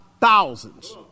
thousands